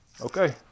okay